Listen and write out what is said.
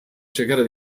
cercare